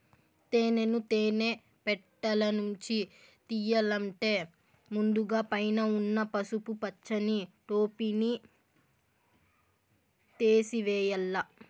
తేనెను తేనె పెట్టలనుంచి తియ్యల్లంటే ముందుగ పైన ఉన్న పసుపు పచ్చని టోపిని తేసివేయల్ల